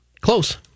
Close